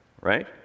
right